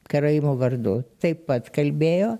karaimų vardu taip pat kalbėjo